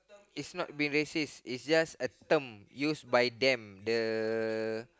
it's not being racist it's just a term used by them the